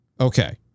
Okay